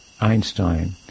Einstein